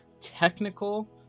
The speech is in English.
technical